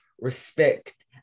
respect